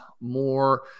more